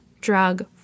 drug